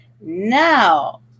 Now